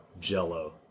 Jell-O